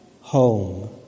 home